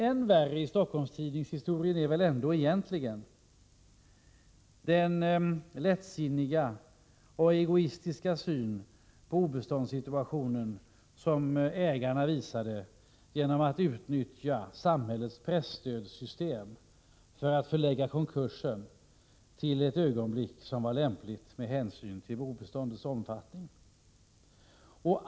Än värre är väl egentligen den lättsinniga och synnerligen egoistiska syn ägarna visade på den obeståndssituation Stockholms-Tidningen hade hamnat i, genom att utnyttja samhällets presstödssystem för att förlägga konkursen till ett ögonblick som var lämpligt med hänsyn till obeståndets omfattning.